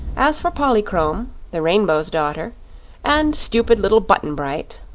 as for polychrome the rainbow's daughter and stupid little button-bright,